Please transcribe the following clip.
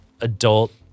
adult